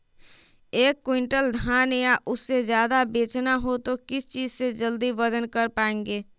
एक क्विंटल धान या उससे ज्यादा बेचना हो तो किस चीज से जल्दी वजन कर पायेंगे?